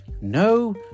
No